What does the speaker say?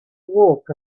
walk